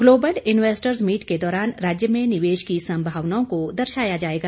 global investors meet के दौरान राज्य में निवेश की संभावनाओं को दर्शाया जाएगा